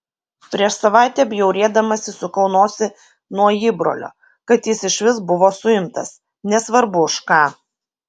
prieš savaitę bjaurėdamasi sukau nosį nuo įbrolio kad jis išvis buvo suimtas nesvarbu už ką